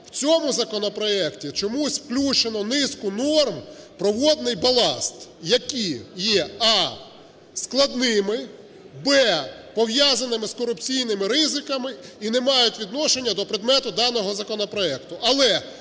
в цьому законопроекті чомусь включено низку норм про водний баласт, які є: а) складними; б) пов'язаними з корупційними ризиками і не мають відношення до предмету даного законопроекту.